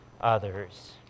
others